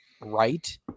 right